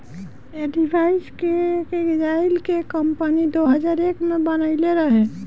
ऐ डिवाइस के एक इजराइल के कम्पनी दो हजार एक में बनाइले रहे